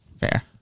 Fair